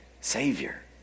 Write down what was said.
savior